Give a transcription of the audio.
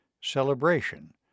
celebration